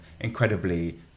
incredibly